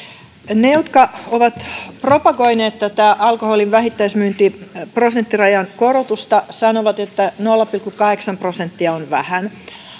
ne jotka ovat propagoineet tätä alkoholin vähittäismyynnin prosenttirajan korotusta sanovat että nolla pilkku kahdeksan prosenttia on vähän